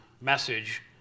message